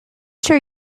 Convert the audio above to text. sure